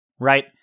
right